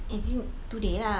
as in today lah